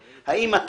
רמזור,